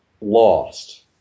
lost